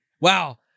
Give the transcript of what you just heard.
wow